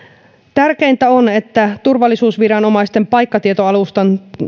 tärkeintä on että turvallisuusviranomaisten paikkatietoalustan